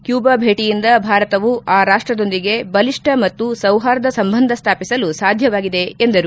ಕ್ಲೂಬಾ ಭೇಟಿಯಿಂದ ಭಾರತವು ಆ ರಾಷ್ಷದೊಂದಿಗೆ ಬಲಿಷ್ಠ ಮತ್ತು ಸೌಹಾರ್ದ ಸಂಬಂಧ ಸ್ಥಾಪಿಸಲು ಸಾಧ್ಯವಾಗಿದೆ ಎಂದರು